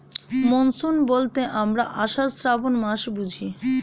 monsoon বলতে আমরা আষাঢ়, শ্রাবন মাস বুঝি